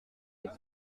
les